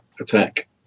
attack